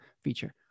feature